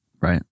Right